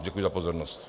Děkuji za pozornost.